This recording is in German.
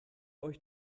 euch